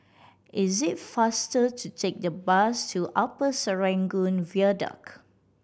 it is faster to take the bus to Upper Serangoon Viaduct